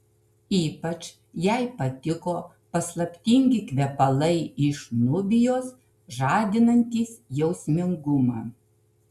ypač jai patiko paslaptingi kvepalai iš nubijos žadinantys jausmingumą